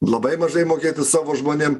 labai mažai mokėti savo žmonėm